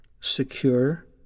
secure